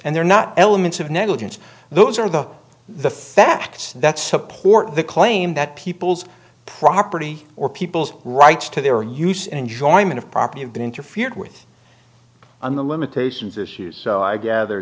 and they're not elements of negligence those are the the facts that support the claim that people's property or people's rights to their use enjoyment of property have been interfered with on the limitations issues so i gather